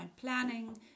planning